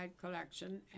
collection